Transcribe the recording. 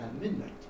midnight